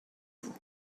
vous